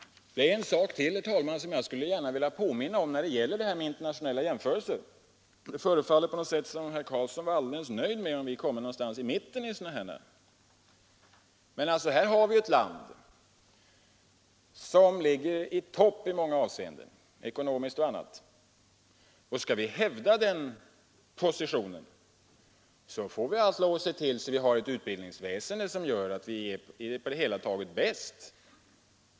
Det är en sak till, herr talman, som jag gärna skulle vilja påminna om när det gäller internationella jämförelser. Det förefaller på något sätt som om herr Carlsson var alldeles nöjd om vi kommer någonstans i mitten vid sådana undersökningar. Men här har vi ett land som ligger i topp i många avseenden, bl.a. ekonomiskt. Skall vi hävda den positionen, får vi allt lov att se till att vi har ett utbildningsväsende som gör att vi på det hela taget är bäst.